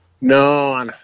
No